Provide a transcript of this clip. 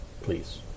please